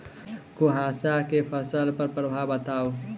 कुहासा केँ फसल पर प्रभाव बताउ?